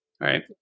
Right